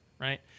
right